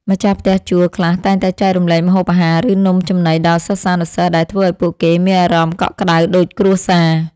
ម្ចាស់ផ្ទះជួលខ្លះតែងតែចែករំលែកម្ហូបអាហារ ឬនំចំណីដល់សិស្សានុសិស្សដែលធ្វើឱ្យពួកគេមានអារម្មណ៍កក់ក្តៅដូចគ្រួសារ។